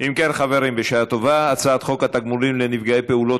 לא אני, קריאה שנייה, שניכם בקריאה שנייה.